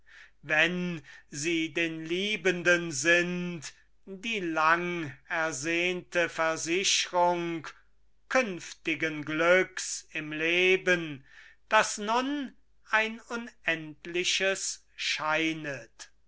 wenn sie den liebenden sind die lang ersehnte versichrung künftigen glücks im leben das nun ein unendliches scheinet